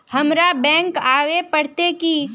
हमरा बैंक आवे पड़ते की?